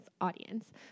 audience